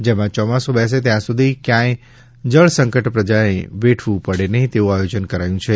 જેમાં ચોમાસુ બેસે ત્યાં સુધી ક્યાંય જળસંકટ પ્રજાએ વેઠવું પડે નહિં તેવું આયોજન કરાયું છે